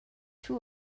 two